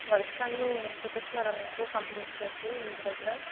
works అన్ని చూపిస్తున్నారా మీకు కంప్లీట్ చేసి ఇంటి దగ్గర